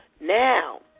Now